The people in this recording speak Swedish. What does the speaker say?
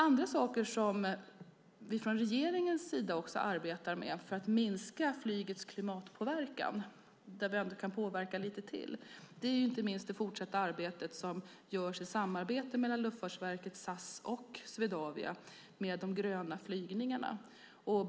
Andra saker som vi från regeringens sida arbetar med för att minska flygets klimatpåverkan, där vi kan påverka lite till, är inte minst det fortsatta arbete som görs i samarbete mellan Luftfartsverket, SAS och Swedavia vad gäller de gröna flygningarna.